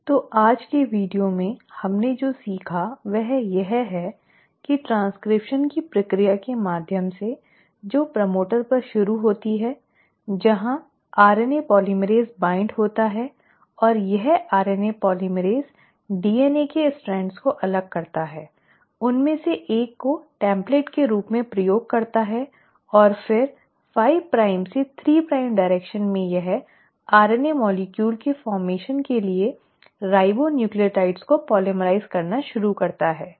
तो आज के वीडियो में हमने जो सीखा वह यह है कि ट्रांसक्रिप्शन की प्रक्रिया के माध्यम से जो प्रमोटर पर शुरू होती है जहां आरएनए पोलीमरेज़ बाइन्ड होता है और यह आरएनए पॉलीमरेज़ DNA के स्ट्रैन्ड को अलग करता है उनमें से एक को टेम्पलेट के रूप में उपयोग करता है और फिर 5 प्राइम से 3 प्राइम दिशा में यह आरएनए अणु के गठन के लिए राइबोन्यूक्लियोटाइड को पोलीमराइज़ करना शुरू करता है